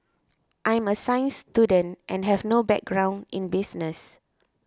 I'm a science student and have no background in business